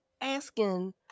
asking